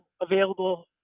available